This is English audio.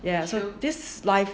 ya so this life